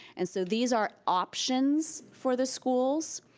and so these are options for the schools.